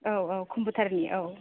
औ औ कम्पुटारनि औ